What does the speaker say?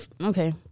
okay